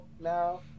now